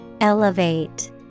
Elevate